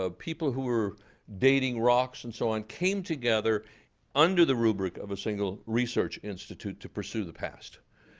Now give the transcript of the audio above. ah people who were dating rocks and so on, came together under the rubric of a single research institute to pursue the past.